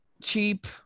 cheap